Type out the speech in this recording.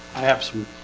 i have some